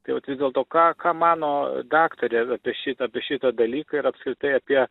tai vat vis dėlto ką ką mano daktarė apie šitą apie šitą dalyką ir apskritai apie